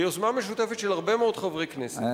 ביוזמה משותפת של הרבה מאוד חברי כנסת,